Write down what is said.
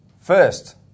First